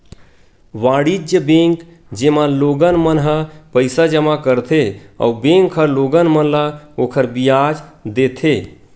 वाणिज्य बेंक, जेमा लोगन मन ह पईसा जमा करथे अउ बेंक ह लोगन मन ल ओखर बियाज देथे